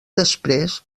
després